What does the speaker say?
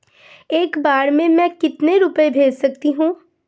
एक बार में मैं कितने रुपये भेज सकती हूँ?